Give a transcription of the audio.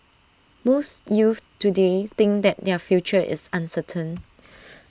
most youths today think that their future is uncertain